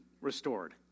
restored